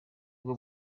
bwo